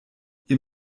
ihr